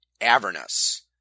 Avernus